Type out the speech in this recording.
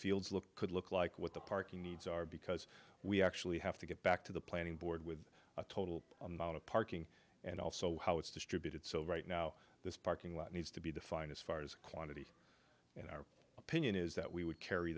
fields look could look like what the parking needs are because we actually have to get back to the planning board with a total amount of parking and also how it's distributed so right now this parking lot needs to be defined as far as quantity in our opinion is that we would carry